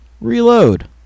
reload